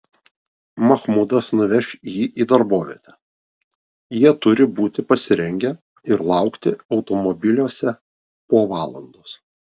mahmudas nuveš jį į darbovietę jie turi būti pasirengę ir laukti automobiliuose po valandos